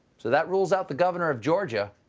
so that rules out the governor of georgia.